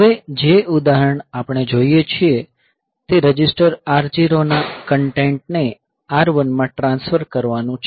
હવે જે ઉદાહરણ આપણે જોઈએ છીએ તે રજિસ્ટર R0 ના કન્ટેન્ટ ને R1 માં ટ્રાન્સફર કરવાનું છે